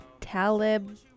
Talib